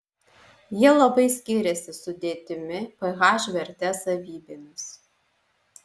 jie labai skiriasi sudėtimi ph verte savybėmis